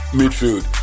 midfield